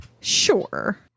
sure